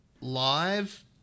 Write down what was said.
live